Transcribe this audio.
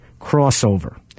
crossover